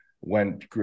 went